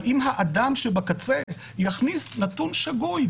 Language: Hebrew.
אבל אם האדם שבקצה יכניס נתון שגוי,